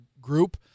group